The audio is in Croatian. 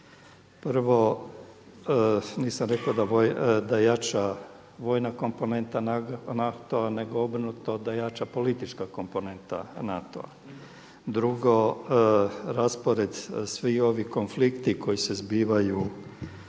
Prvo, nisam rekao da jača vojna komponenta NATO-a nego obrnuto da jača politička komponenta NATO-a. Drugo, raspored, svi ovi konflikti koji se zbivaju